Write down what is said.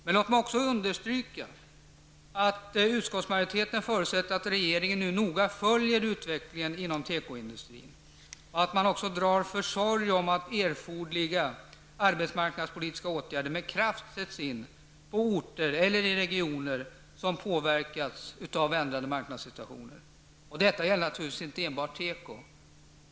Låt mig också understryka att utskottsmajoriteten förutsätter att regeringen nu noga följer utvecklingen inom tekoindustrin och att man drar försorg om att erforderliga arbetsmarknadspolitiska åtgärder med kraft sätts in på orter eller i regioner som påverkats av en ändrad marknadssituation. Detta gäller naturligtvis inte enbart teko.